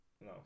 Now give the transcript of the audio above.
No